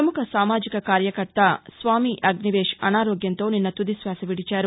ప్రముఖ సామాజిక కార్యకర్త స్వామి అగ్నివేశ్ అనారోగ్యంతో నిన్న తుదిశ్వాస విడిచారు